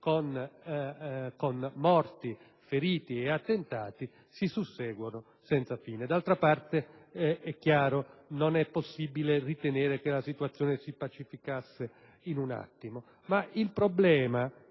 con morti e feriti, e di attentati si susseguono senza fine. D'altra parte, è chiaro, non era possibile ritenere che la situazione si pacificasse in un attimo. Ma il problema,